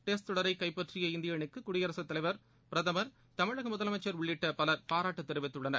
test தொடரை கைப்பற்றிய இந்திய அணிக்கு குடியரசுத் தலைவர் பிரதமர் தமிழக முதலமம்சர் உள்ளிட்ட பலர் பாராட்டுதெரிவித்துள்ளனர்